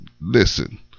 Listen